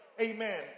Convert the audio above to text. amen